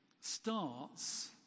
starts